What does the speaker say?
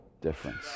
difference